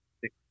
six